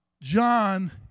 John